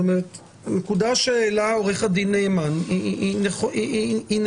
הנקודה שהעלה עו"ד נעמן היא נכונה,